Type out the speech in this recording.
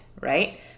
right